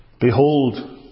Behold